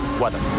weather